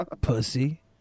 Pussy